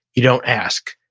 you don't ask.